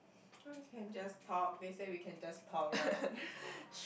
oh we can just talk they say we can just talk right